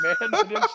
man